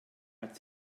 hat